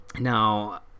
Now